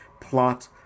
plot